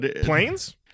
Planes